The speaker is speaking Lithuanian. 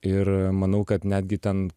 ir manau kad netgi ten